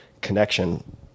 connection